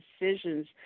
decisions